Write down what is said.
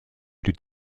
plus